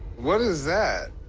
what is that?